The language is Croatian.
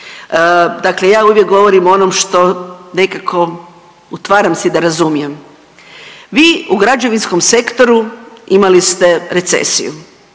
Dakle, ja uvijek govorim o onom što nekako utvaram si da razumijem. Vi u građevinskom sektoru imali ste recesiju.